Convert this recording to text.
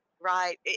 right